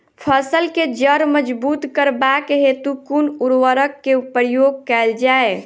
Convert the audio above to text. फसल केँ जड़ मजबूत करबाक हेतु कुन उर्वरक केँ प्रयोग कैल जाय?